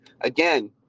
again